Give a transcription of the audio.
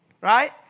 right